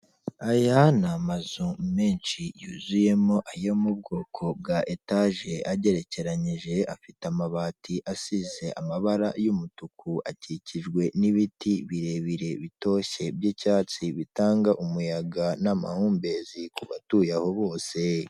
Aya ni amazu menshi yuzuyemo ayo mu bwoko bwa etaje agerekeranyije, afite amabati asize amabara y'umutuku, akikijwe n'ibiti birebire bitoshye by'icyatsi bitanga umuyaga n'amahumbezi ku batuye aho bose.